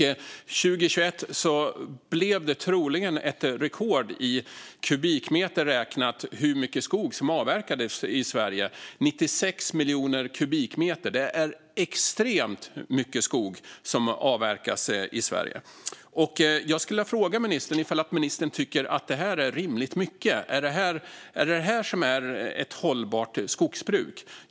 År 2021 blev det troligen ett rekord i kubikmeter räknat på hur mycket skog som avverkades i Sverige: 96 miljoner kubikmeter! Det är extremt mycket skog som avverkas i Sverige. Jag skulle vilja fråga ministern om hon tycker att det är rimligt mycket. Är det detta som är ett hållbart skogsbruk?